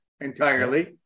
entirely